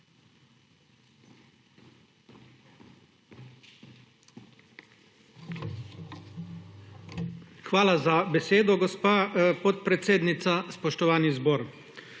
Hvala za besedo, gospa podpredsednica. Spoštovane